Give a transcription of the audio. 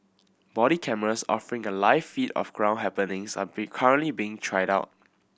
body cameras offering a live feed of ground happenings are be currently being tried out